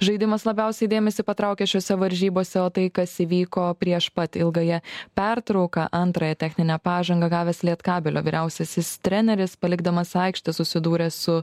žaidimas labiausiai dėmesį patraukia šiose varžybose o tai kas įvyko prieš pat ilgąją pertrauką antrąją techninę pažangą gavęs lietkabelio vyriausiasis treneris palikdamas aikštę susidūrė su